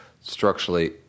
structurally